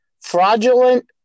fraudulent